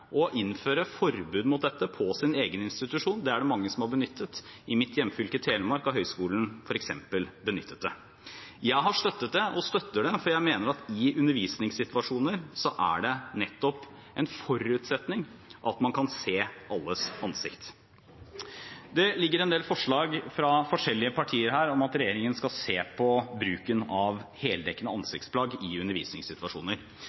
å innføre forbud mot dette på ens egen institusjon. Det er det mange som har benyttet seg av. I mitt hjemfylke, Telemark, har høyskolen, f.eks., benyttet seg av det. Jeg har støttet og støtter det, for jeg mener at i undervisningssituasjoner er det nettopp en forutsetning at man kan se alles ansikt. Det ligger en del forslag fra forskjellige partier her om at regjeringen skal se på bruken av heldekkende